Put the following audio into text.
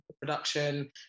production